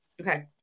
Okay